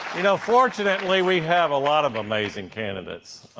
you know, fortunately, we have a lot of amazing candidates.